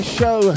show